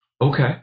Okay